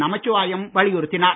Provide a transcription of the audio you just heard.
நமச்சிவாயம் வலியுறுத்தினார்